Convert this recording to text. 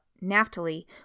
Naphtali